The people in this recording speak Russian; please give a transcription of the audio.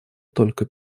только